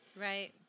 Right